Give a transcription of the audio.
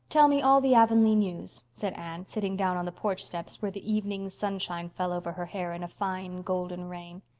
tell me all the avonlea news, said anne, sitting down on the porch steps, where the evening sunshine fell over her hair in a fine golden rain.